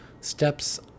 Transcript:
steps